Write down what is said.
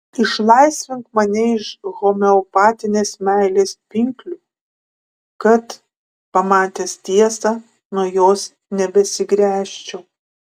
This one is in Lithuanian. išlaisvink mane iš homeopatinės meilės pinklių kad pamatęs tiesą nuo jos nebesigręžčiau